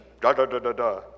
da-da-da-da-da